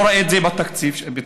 אני לא רואה את זה בתקציב המדינה.